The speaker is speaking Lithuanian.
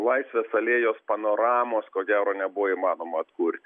laisvės alėjos panoramos ko gero nebuvo įmanoma atkurti